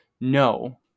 No